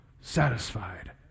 satisfied